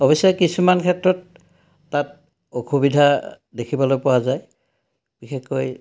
অৱশ্যে কিছুমান ক্ষেত্ৰত তাত অসুবিধা দেখিবলৈ পোৱা যায় বিশেষকৈ